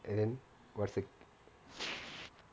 and then what's the